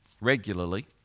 regularly